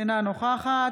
אינה נוכחת